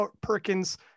Perkins